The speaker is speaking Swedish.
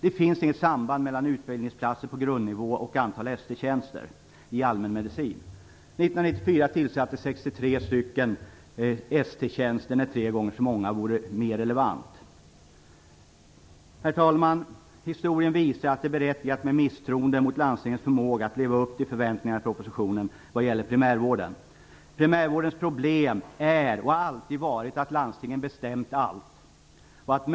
Det finns inget samband mellan antalet utbildningsplatser på grundnivå och antalet År 1994 tillsattes 63 ST-tjänster, men tre gånger så många vore mera relevant. Historien visar att det är berättigat med misstroende mot landstingens förmåga att leva upp till förväntningarna i propositionen vad gäller primärvården. Primärvårdens problem är, och har alltid varit, att landstingen bestämt allt.